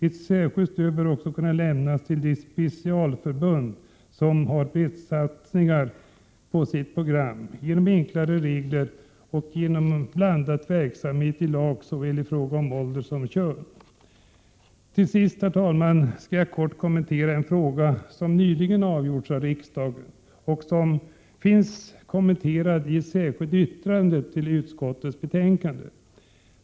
Ett särskilt stöd bör också kunna lämnas till de specialförbund som gör breddsatsningar genom enklare regler och verksamhet med blandade lag i fråga om såväl ålder som kön. Herr talman! Jag skall till sist kort beröra en fråga som nyligen har avgjorts av riksdagen och som finns kommenterad i ett särskilt yttrande till utskottets betänkande.